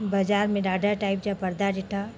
बाज़ारि में ॾाढा टाइप जा परदा ॾिठा